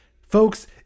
folks